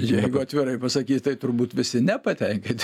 jeigu atvirai pasakyt tai turbūt visi nepatenkinti